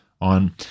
on